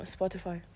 Spotify